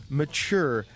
mature